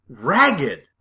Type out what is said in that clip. ragged